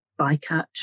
bycatch